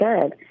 good